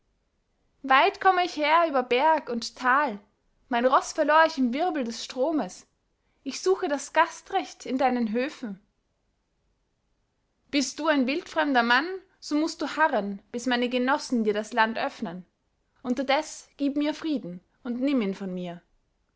weit komme ich her über berg und tal mein roß verlor ich im wirbel des stromes ich suche das gastrecht in deinen höfen bist du ein wildfremder mann so mußt du harren bis meine genossen dir das land öffnen unterdes gib mir frieden und nimm ihn von mir